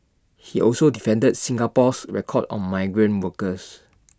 he also defended Singapore's record on migrant workers